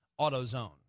AutoZone